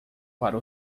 para